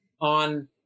on